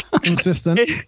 Consistent